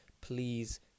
please